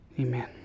Amen